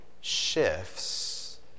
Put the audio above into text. shifts